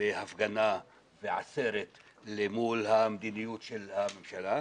והפגנה בעצרת למול המדיניות של הממשלה,